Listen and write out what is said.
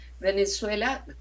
Venezuela